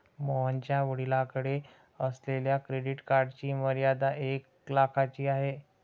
मोहनच्या वडिलांकडे असलेल्या क्रेडिट कार्डची मर्यादा एक लाखाची आहे